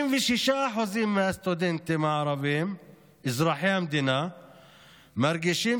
66% מהסטודנטים הערבים אזרחי המדינה מרגישים